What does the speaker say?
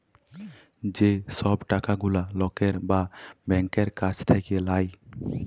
যে সব টাকা গুলা লকের বা ব্যাংকের কাছ থাক্যে লায়